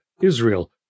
Israel